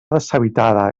deshabitada